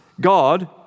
God